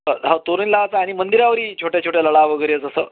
ह हो तोरण लावायचं आणि मंदिरावरती छोट्या छोट्या लळा वगैरे जसं